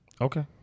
Okay